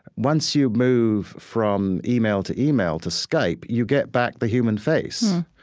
once you move from email to email to skype, you get back the human face.